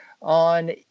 on